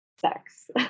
sex